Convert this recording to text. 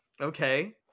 Okay